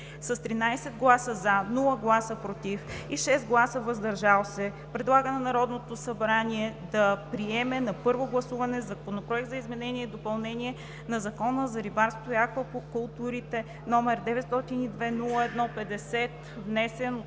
с 13 „за“, без „против“ и 6 „въздържал се“ предлага на Народното събрание да приеме на първо гласуване Законопроект за изменение и допълнение на Закона за рибарството и аквакултурите № 902-01-50, внесен от